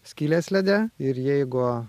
skylės lede ir jeigu